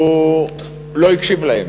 הוא לא הקשיב להם